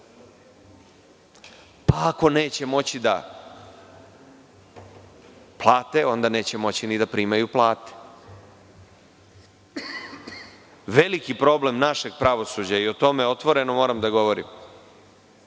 Pa ako neće moći da plate, onda neće moći ni da primaju plate. Veliki problem našeg pravosuđa, i o tome otvoreno moram da govorim,